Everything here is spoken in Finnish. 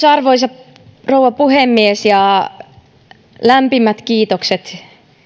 arvoisa rouva puhemies lämpimät kiitokset